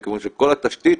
מכיוון שכל התשתית